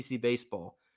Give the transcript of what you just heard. baseball